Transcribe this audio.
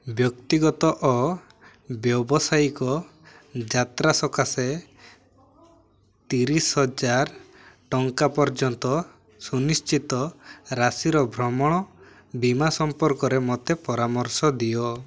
ବ୍ୟକ୍ତିଗତ ଓ ବ୍ୟାବସାୟିକ ଯାତ୍ରା ସକାଶେ ତିରିଶ ହଜାର ଟଙ୍କା ପର୍ଯ୍ୟନ୍ତ ସୁନିଶ୍ଚିତ ରାଶିର ଭ୍ରମଣ ବୀମା ସମ୍ପର୍କରେ ମୋତେ ପରାମର୍ଶ ଦିଅ